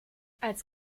als